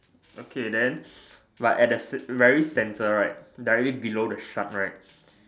okay then but at the very center right directly below the shark right